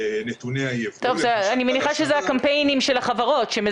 מדובר גם על תופעה של הברחות שיכולה להיווצר.